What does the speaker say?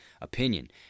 opinion